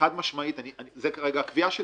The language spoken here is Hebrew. וחד משמעית זו כרגע הקביעה שלי.